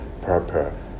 purpose